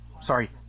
sorry